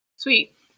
Sweet